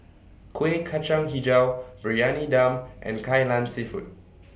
Kuih Kacang Hijau Briyani Dum and Kai Lan Seafood